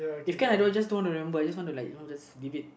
if can I just don't want to remember I just want to like you know leave it